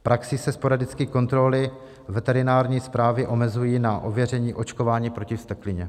V praxi se sporadicky kontroly veterinární správy omezují na ověření očkování proti vzteklině.